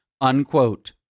unquote